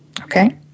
Okay